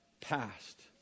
past